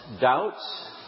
doubts